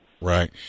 Right